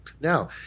Now